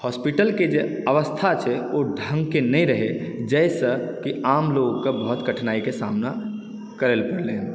हॉस्पिटलके जे अवस्था छै ओ ढङ्गके नहि रहै जाहिसँ की आम लोगके बहुत कठिनाइके सामना करल पड़लै हँ